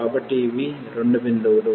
కాబట్టి ఇవి రెండు భిందువులు